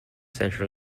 central